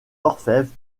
orfèvres